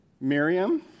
Miriam